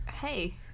hey